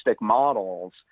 models